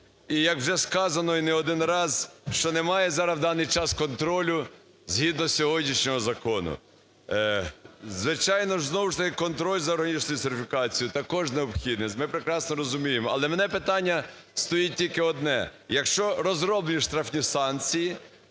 І як вже сказано і не один раз, що немає зараз в даний час контролю, згідно сьогоднішнього закону. Звичайно, знову ж таки, контроль за органічною сертифікацією також необхідний, ми прекрасно розуміємо. Але в мене питання стоїть тільки одне. Якщо розроблюють штрафні санкції,